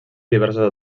diversos